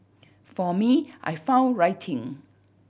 for me I found writing